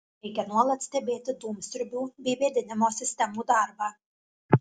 reikia nuolat stebėti dūmsiurbių bei vėdinimo sistemų darbą